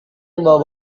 membawa